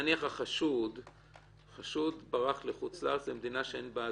נניח שהחשוד ברח לחוץ לארץ למדינה שאין בה הסגרה.